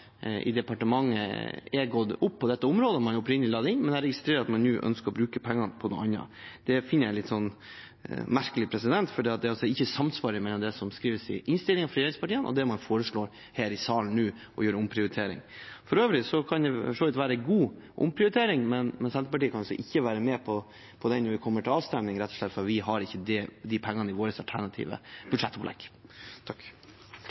i departementet har gått opp på dette området siden man opprinnelig la det inn, men jeg registrerer at man nå ønsker å bruke pengene på noe annet. Det finner jeg litt merkelig, for det er ikke samsvar mellom det som skrives i innstillingen av regjeringspartiene, og det man foreslår her i salen nå om å gjøre omprioriteringer. Det kan for øvrig være en god omprioritering, men Senterpartiet kan ikke være med på det når vi kommer til avstemningen, rett og slett fordi vi ikke har de pengene i vårt alternative